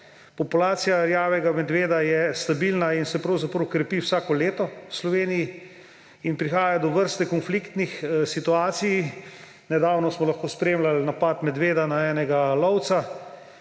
Populacija rjavega medveda je stabilna in se pravzaprav krepi vsako leto v Sloveniji in prihaja do vrste konfliktnih situacij. Nedavno smo lahko spremljali napad medveda na enega lovca